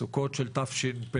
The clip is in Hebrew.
סוכות של תשפ"א,